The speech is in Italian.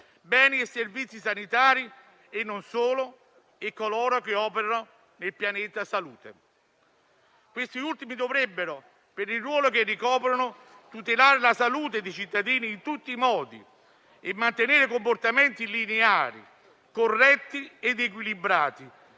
beni e servizi sanitari e non solo e coloro che operano nel pianeta salute. Questi ultimi, per il ruolo che ricoprono, dovrebbero tutelare la salute dei cittadini in tutti i modi e mantenere comportamenti lineari, corretti ed equilibrati